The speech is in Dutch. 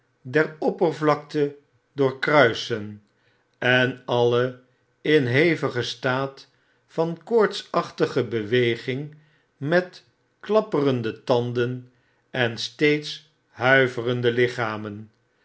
der oppervlakte doorkruisen en alle in hevigen staat van koortsachtige beweging met klapperende tanden en steeds huiverende lichamen